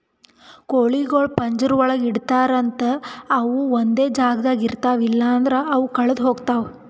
ಕೋಳಿಗೊಳಿಗ್ ಪಂಜರ ಒಳಗ್ ಇಡ್ತಾರ್ ಅಂತ ಅವು ಒಂದೆ ಜಾಗದಾಗ ಇರ್ತಾವ ಇಲ್ಲಂದ್ರ ಅವು ಕಳದೆ ಹೋಗ್ತಾವ